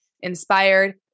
inspired